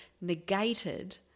negated